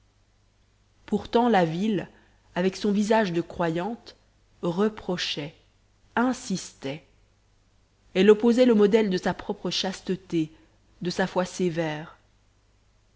pourtant la ville avec son visage de croyante reprochait insistait elle opposait le modèle de sa propre chasteté de sa foi sévère